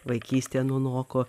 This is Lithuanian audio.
vaikystė nunoko